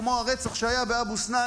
כמו הרצח שהיה באבו סנאן,